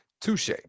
Touche